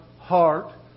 heart